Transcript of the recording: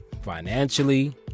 financially